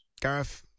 Gareth